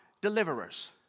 deliverers